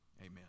Amen